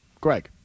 Greg